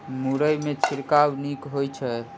मुरई मे छिड़काव नीक होइ छै?